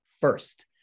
first